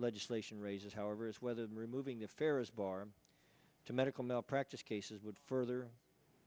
legislation raises however is whether removing the pharaoh's bar to medical malpractise cases would further